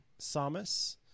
Samus